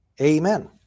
amen